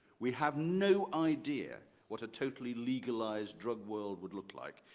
we have no idea what a totally legalized drug world would look like.